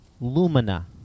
Lumina